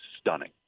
stunning